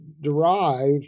Derived